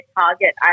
target